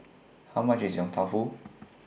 How much IS Yong Tau Foo